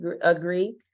agree